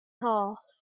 half